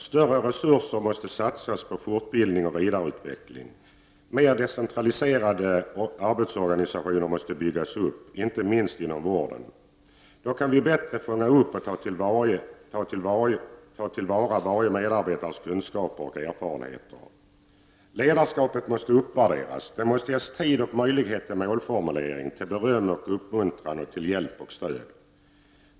Större resurser måste satsas på fortbildning och vidareutveckling. Mer decentraliserade arbetsorganisationer måste byggas upp, inte minst inom vården. Då kan vi bättre fånga upp och ta till vara varje medarbetares kunskaper och erfarenheter. Ledarskapet måste uppvärderas. Det måste ges tid och möjlighet till målformulering, till beröm och uppmuntran, till hjälp och stöd.